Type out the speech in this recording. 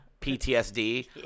PTSD